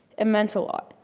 it meant a lot,